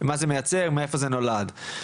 מה זה מייצר ומאיפה זה נולד.